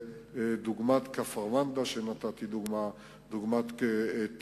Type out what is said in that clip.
דוגמת כפר-מנדא וטורעאן,